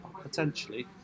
potentially